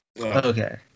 Okay